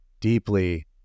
deeply